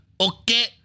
Okay